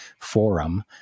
forum